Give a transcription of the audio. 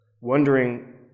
wondering